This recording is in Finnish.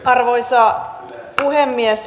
arvoisa puhemies